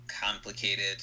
complicated